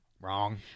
Wrong